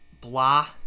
blah